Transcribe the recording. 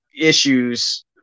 issues